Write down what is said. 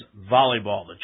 volleyball